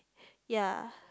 ya